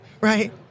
right